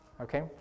okay